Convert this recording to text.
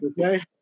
okay